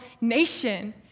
nation